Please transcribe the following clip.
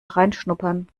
reinschnuppern